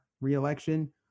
reelection